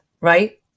right